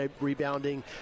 rebounding